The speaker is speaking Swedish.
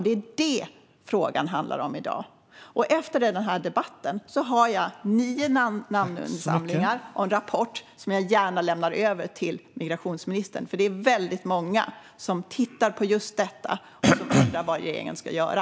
Det är det som frågan handlar om i dag. Efter den här debatten har jag nio namninsamlingar och en rapport som jag gärna lämnar över till migrationsministern, för det är väldigt många som tittar på just detta och undrar vad regeringen ska göra.